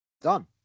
Done